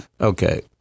okay